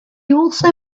also